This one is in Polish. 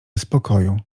spokoju